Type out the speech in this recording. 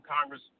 Congress